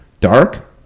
Dark